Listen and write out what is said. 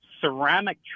ceramic